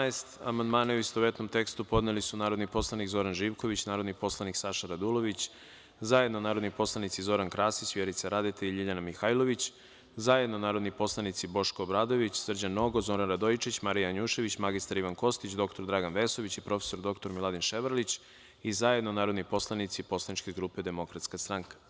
Na član 12. amandmane, u istovetnom tekstu, podneli su narodni poslanik Zoran Živković, narodni poslanik Saša Radulović, zajedno narodni poslanici Zoran Krasić, Vjerica Radeta i LJiljana Mihajlović, zajedno narodni poslanici Boško Obradović, Srđan Nogo, Zoran Radojičić, Marija Janjušević, mr Ivan Kostić, dr Dragan Vesović i prof. dr Miladin Ševarlić, i zajedno narodni poslanici Poslaničke grupe Demokratska stranka.